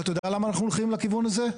אבל אתה יודע למה אנחנו הולכים לכיוון הזה,